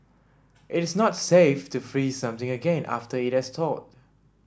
it is not safe to freeze something again after it has thawed